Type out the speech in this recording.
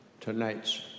tonight's